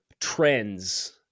trends